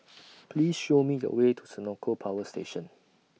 Please Show Me The Way to Senoko Power Station